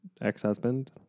ex-husband